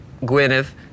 Gwyneth